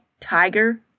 tiger